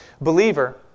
believer